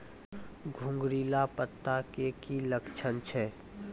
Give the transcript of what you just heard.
घुंगरीला पत्ता के की लक्छण छै?